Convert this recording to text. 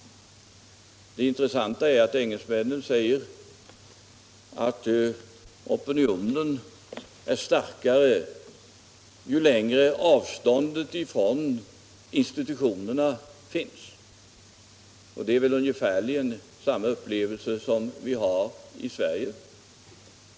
Det intressanta är att engelsmännen säger att opinionen är starkare ju längre avståndet är från institutionerna. Det är väl ungefär samma upplevelser vi har i Sverige.